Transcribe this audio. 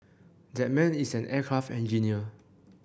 that man is an aircraft engineer